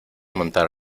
montar